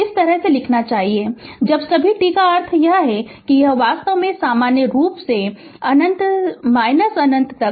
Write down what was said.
इस तरह से लिखना चाहिए जब सभी t का अर्थ है कि यह वास्तव में सामान्य रूप से है अनंत अनन्त तक